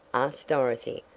asked dorothy.